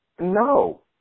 No